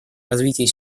развитие